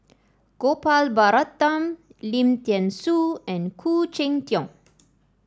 Gopal Baratham Lim Thean Soo and Khoo Cheng Tiong